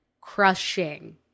crushing